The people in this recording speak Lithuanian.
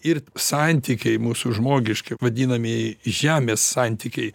ir santykiai mūsų žmogiški vadinamieji žemės santykiai